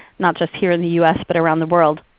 not just here in the us but around the world.